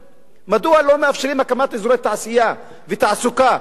מדוע לא מאפשרים הקמת אזורי תעשייה ותעסוקה והיי-טק?